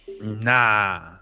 Nah